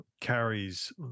carries